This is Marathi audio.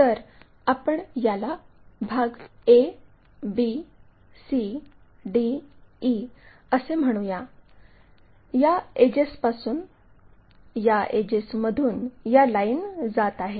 तर आपण याला भाग A B C D E असे म्हणूया या एडजेसमधून या लाईन जात आहेत